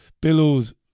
billows